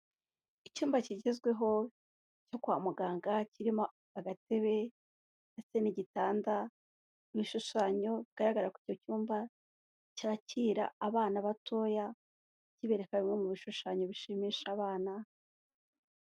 Icyumba kigezweho cyo kwa muganga kirimo agatebe ndetse n'igitanda ibishushanyo bigaragara kuri icyo cyumba cyakira abana batoya kibereka bimwe mu bishushanyo bishimisha abana.